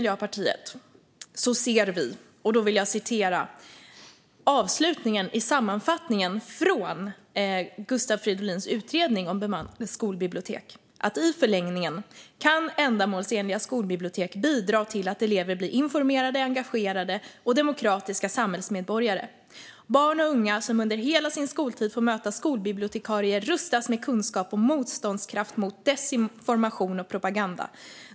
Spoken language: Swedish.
Jag vill citera avslutningen i sammanfattningen från Gustav Fridolins utredning om bemannade skolbibliotek, för den motsvarar Miljöpartiets syn: "I förlängningen kan ändamålsenliga skolbibliotek bidra till att elever blir informerade, engagerade och demokratiska samhällsmedborgare. Barn och unga som under hela sin skoltid får möta skolbibliotekarier rustas med kunskap och motståndskraft mot desinformation och propaganda.